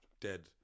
dead